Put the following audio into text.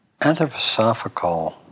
Anthroposophical